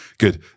Good